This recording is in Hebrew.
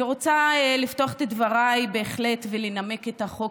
אני רוצה לפתוח את דבריי ולנמק את החוק